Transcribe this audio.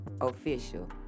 official